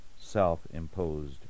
self-imposed